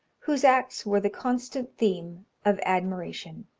whose acts were the constant theme of admiration.